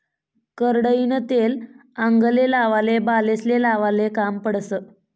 करडईनं तेल आंगले लावाले, बालेस्ले लावाले काम पडस